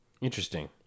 Interesting